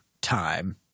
time